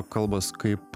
kalbos kaip